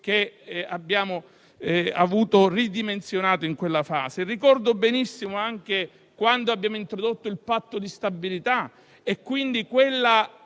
che abbiamo visti ridimensionati in quella fase. Ricordo benissimo anche quando abbiamo introdotto il patto di stabilità e, quindi, quella